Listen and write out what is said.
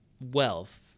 wealth